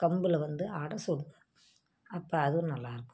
கம்பில் வந்து அடை சுடுவோம் அப்போ அதுவும் நல்லாயிருக்கும்